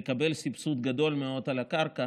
לקבל סבסוד גדול מאוד על הקרקע,